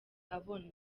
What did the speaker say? abona